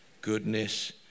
goodness